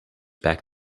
back